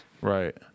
Right